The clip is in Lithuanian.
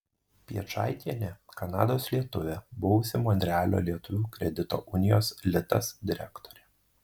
piečaitienė kanados lietuvė buvusi monrealio lietuvių kredito unijos litas direktorė